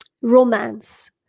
romance